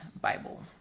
Bible